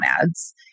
ads